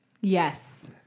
Yes